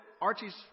Archie's